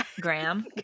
Graham